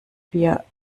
wir